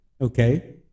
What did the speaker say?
okay